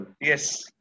Yes